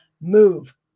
move